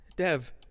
Dev